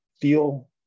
feel